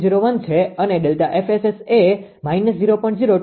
01 છે અને ΔFSS એ −0